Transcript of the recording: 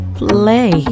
play